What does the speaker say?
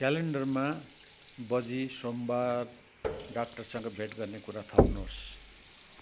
क्यालेन्डरमा बजी सोमबार डाक्टरसँग भेट गर्ने कुरा थप्नुहोस्